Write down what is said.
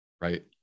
right